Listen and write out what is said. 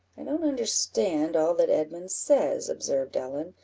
i don't understand all that edmund says, observed ellen,